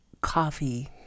coffee